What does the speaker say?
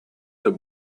the